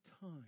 time